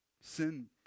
sin